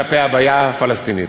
כלפי הבעיה הפלסטינית.